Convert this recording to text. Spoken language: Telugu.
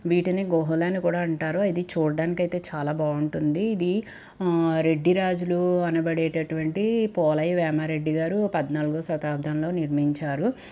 వీటిని గుహలు అని కూడా అంటారు ఇది చూడడానికైతే చాలా బాగుంటుంది ఇది రెడ్డి రాజులు అనబడేటటువంటి పోలయ్య వేమారెడ్డి గారు పద్నాలుగవ శతాబ్దంలో నిర్మించారు